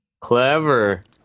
Clever